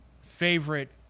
favorite